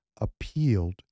appealed